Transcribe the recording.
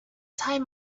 time